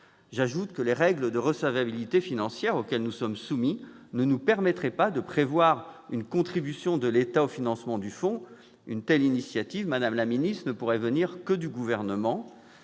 J'ajoute que les règles de recevabilité financière auxquelles nous sommes soumis ne nous permettraient pas de prévoir une contribution de l'État au financement du fonds. Une telle initiative, madame la ministre, ne pourrait venir que du Gouvernement.